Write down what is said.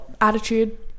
attitude